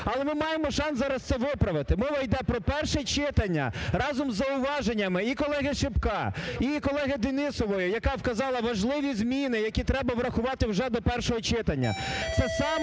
Але ми маємо шанс зараз це виправити. Мова йде про перше читання. Разом з зауваженнями і колеги Шипка, і колеги Денісової, яка вказала важливі зміни, які треба врахувати вже до першого читання.